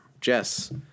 Jess